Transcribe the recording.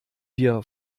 wir